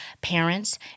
parents